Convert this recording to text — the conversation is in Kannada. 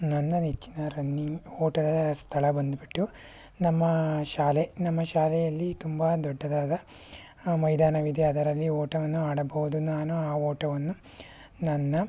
ನನ್ನ ನೆಚ್ಚಿನ ರನ್ನಿಂಗ್ ಓಟದ ಸ್ಥಳ ಬಂದುಬಿಟ್ಟು ನಮ್ಮ ಶಾಲೆ ನಮ್ಮ ಶಾಲೆಯಲ್ಲಿ ತುಂಬಾ ದೊಡ್ಡದಾದ ಮೈದಾನವಿದೆ ಅದರಲ್ಲಿ ಓಟವನ್ನು ಆಡಬಹುದು ನಾನು ಆ ಓಟವನ್ನು ನನ್ನ